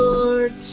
Lord